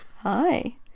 Hi